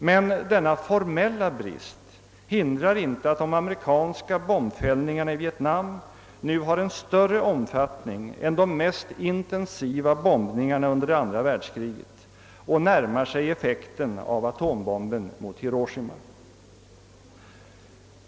Men denna formella brist hindrar inte att de amerikanska bombfällningarna i Vietnam nu har en större omfattning än de mest intensiva bombningarna under andra världskriget och närmar sig effekten av atombomben mot Hiroshima.